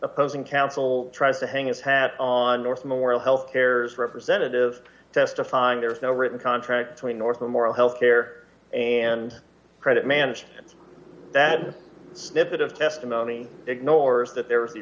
opposing counsel tries to hang its hat on north moral health care's representative testifying there is no written contract between north and moral healthcare and credit managed bad snippet of testimony ignores that there was the